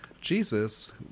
Jesus